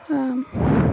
ஆ